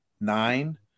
nine